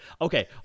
Okay